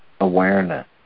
awareness